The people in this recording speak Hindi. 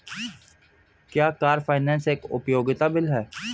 क्या कार फाइनेंस एक उपयोगिता बिल है?